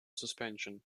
suspension